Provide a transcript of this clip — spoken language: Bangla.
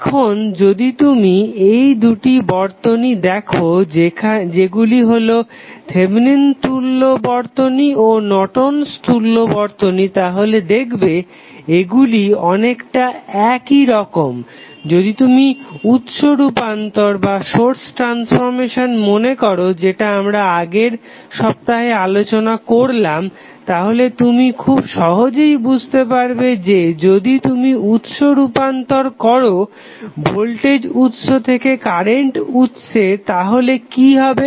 এখন যদি তুমি এই দুটি বর্তনী দেখো যেগুলি হলো থেভেনিন তুল্য বর্তনী ও নর্টন'স তুল্য Nortons equivalent বর্তনী তাহলে দেখবে এগুলি অনেকটা একই রকম যদি তুমি উৎস রূপান্তর মনে করো যেটা আমরা আগের সপ্তাহে আলোচনা করলাম তাহলে তুমি খুব সহজেই বুঝতে পারবে যে যদি তুমি উৎস রূপান্তর করো ভোল্টেজ উৎস থেকে কারেন্ট উৎসের তাহলে কি হবে